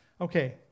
Okay